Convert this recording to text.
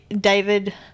David